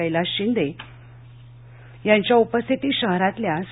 कैलास शिंदे यांच्या उपस्थितीत शहरातल्या स